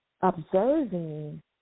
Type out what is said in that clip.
observing